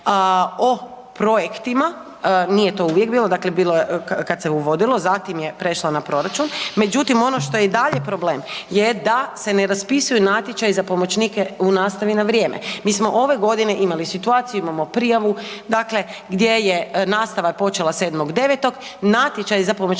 o projektima, nije to uvijek bilo, dakle bilo je kada se uvodilo zatim je prešlo na proračun, međutim ono što je i dalje problem je da se ne raspisuju natječaji za pomoćnike u nastavi na vrijeme. Mi smo ove godine imali situaciju imamo prijavu, nastava je počela 7.9., natječaj za pomoćnike